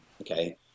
okay